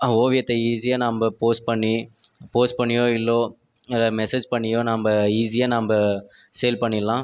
ஓவியத்தை ஈஸியா நம்ம போஸ்ட் பண்ணி போஸ்ட் பண்ணியோ இல்லோ எதா மெசேஜ் பண்ணியோ நம்ம ஈஸியா நம்ம சேல் பண்ணிடலாம்